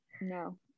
No